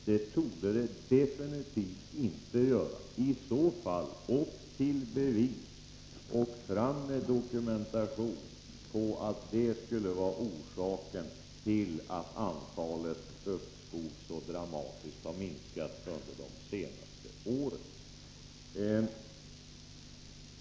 Men så förhåller det sig definitivt inte. I annat fall: Upp till bevis och fram med dokumentation som visar att skatteuppgörelsen skulle vara orsaken till att antalet uppskov så dramatiskt har minskat under de senaste åren!